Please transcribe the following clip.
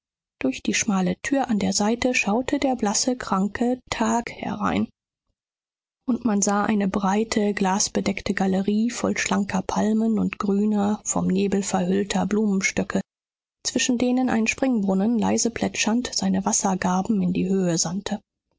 durch die schmale tür an der seite schaute der blasse kranke tag herein und man sah eine breite glasbedeckte galerie voll schlanker palmen und grüner vom nebel verhüllter blumenstöcke zwischen denen ein springbrunnen leise plätschernd seine wassergarben in die höhe sandte